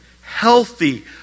healthy